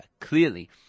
Clearly